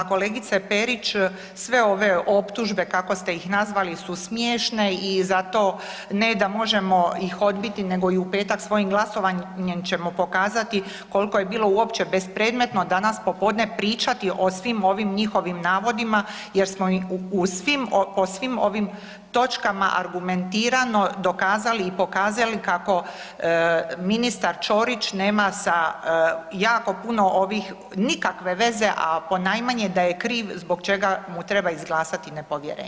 Pa kolegice Perić, sve ove optužbe kako ste ih nazvali su smiješne i zato ne da možemo ih odbiti nego i u petak svojim glasovanjem ćemo pokazati kolko je bilo uopće bespredmetno danas popodne pričati o svim ovim njihovim navodima jer smo u svim, o svim ovim točkama argumentirano dokazali i pokazali kako ministar Ćorić nema sa jako puno ovih nikakve veze, a ponajmanje da je kriv zbog čega mu treba izglasati nepovjerenje.